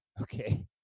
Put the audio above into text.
Okay